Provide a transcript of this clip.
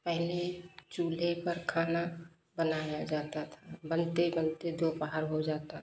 पहले चूल्हे पर खाना बनाया जाता था बनते बनते दोपहर हो जाता था